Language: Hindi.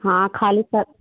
हाँ खाली कर